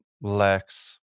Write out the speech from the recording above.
lacks